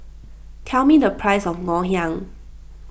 tell me the price of Ngoh Hiang